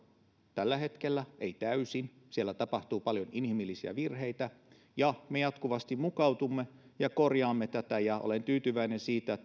tällä hetkellä ei täysin siellä tapahtuu paljon inhimillisiä virheitä ja me jatkuvasti mukaudumme ja korjaamme tätä ja olen tyytyväinen siitä